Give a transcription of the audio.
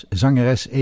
zangeres